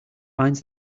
binds